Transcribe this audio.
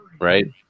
Right